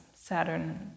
Saturn